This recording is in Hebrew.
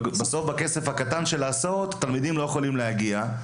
ובסוף בכסף הקטן של ההסעות תלמידים לא יכולים להגיע,